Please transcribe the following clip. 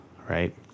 Right